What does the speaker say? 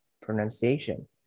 pronunciation